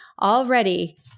already